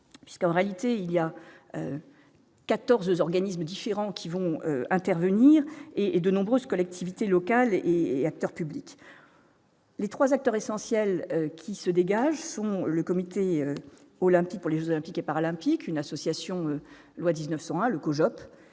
puisqu'en réalité il y a 14 organismes différents qui vont intervenir et de nombreuses collectivités locales et acteurs publics. Les 3 acteurs essentiels qui se dégagent sont le comité olympique pour les Jeux olympiques et paralympiques, une association loi 1901 le co-Joop